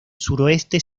suroeste